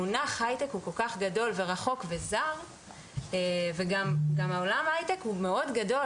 המונח הייטק הוא כל כך גדול ורחוק וזר וגם עולם ההייטק הוא מאוד גדול,